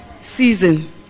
season